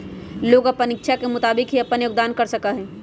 लोग अपन इच्छा के मुताबिक ही अपन योगदान कर सका हई